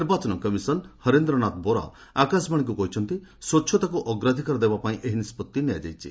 ନିର୍ବାଚନ କମିଶନ ହରେନ୍ଦ୍ର ନାଥ ବୋରା ଆକାଶବାଣୀକୁ କହିଛନ୍ତି ସ୍ୱଚ୍ଚତାକୁ ଅଗ୍ରାଧିକାର ଦେବା ପାଇଁ ଏହି ନିଷ୍ପଭି ନିଆଯାଇଛି